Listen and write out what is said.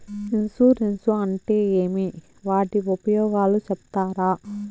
Insurance అంటే ఏమి? వాటి ఉపయోగాలు సెప్తారా?